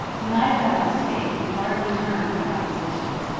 the night of our escape we hardly turned from our positions,